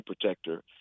protector